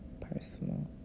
personal